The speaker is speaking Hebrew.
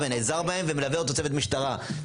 נעזר בהם ומלווה אותו צוות משטרה.